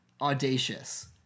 audacious